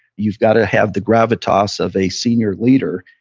you've got to have the gravitas of a senior leader.